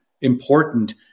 important